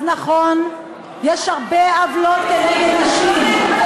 אז נכון, יש הרבה עוולות כנגד נשים.